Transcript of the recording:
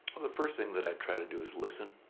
the first thing that i'd try to do is listen,